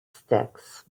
sticks